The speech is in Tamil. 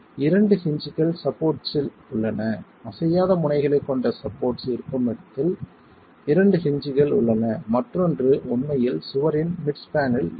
இரண்டு ஹின்ஜ்கள் சப்போர்ட்ஸில் உள்ளன அசையாத முனைகளைக் கொண்ட சப்போர்ட்ஸ் இருக்கும் இடத்தில் இரண்டு ஹின்ஜ்கள் உள்ளன மற்றொன்று உண்மையில் சுவரின் மிட் ஸ்பான்யில் இருக்கும்